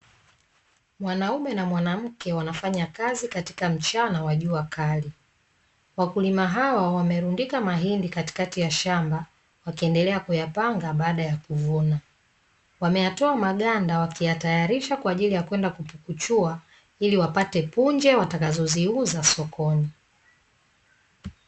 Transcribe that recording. Mwanaume na mwanamke wanafanya kazi katika mchana wa jua kali. Wakulima hawa wamerundika mahindi katikati ya shamba wakiendelea kuyapanga baada ya kuvuna. Wameyatoa maganda wakiyatarisha kwa ajili ya kwenda kupukuchua ili wapate punje watakazo ziuza sokoni.